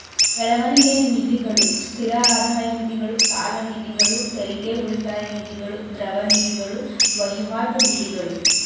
ಬೆಳವಣಿಗೆ ನಿಧಿಗಳು, ಸ್ಥಿರ ಆದಾಯ ನಿಧಿಗಳು, ಸಾಲನಿಧಿಗಳು, ತೆರಿಗೆ ಉಳಿತಾಯ ನಿಧಿಗಳು, ದ್ರವ ನಿಧಿಗಳು, ವಹಿವಾಟು ನಿಧಿಗಳು